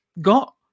got